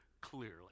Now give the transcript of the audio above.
clearly